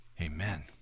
Amen